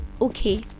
okay